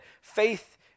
faith